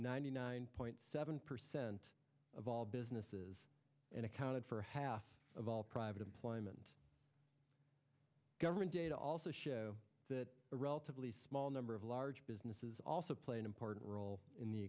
ninety nine point seven percent of all businesses and accounted for half of all private employment government data also show that a relatively small number of large businesses also play an important role in the